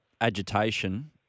agitation